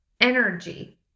energy